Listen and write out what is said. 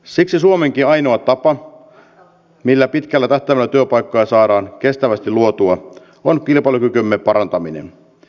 siksi suomenkin ainoa tapa millä pitkällä tähtäimellä työpaikkoja saadaan kestävästi luotua on kilpailukykymme parantaminen